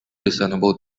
discernible